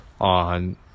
on